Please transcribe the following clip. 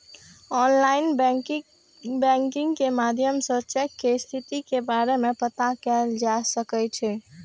online banking के माध्यम सं चेक के स्थिति के बारे मे पता कैल जा सकै छै